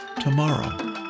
tomorrow